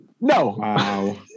No